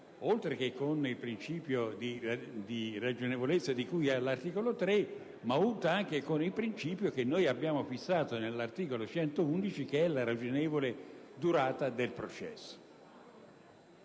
oltre che con il principio di ragionevolezza di cui all'articolo 3, anche con il principio che abbiamo fissato nell'articolo 111, ossia con la ragionevole durata del processo.